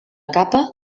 capa